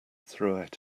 throughout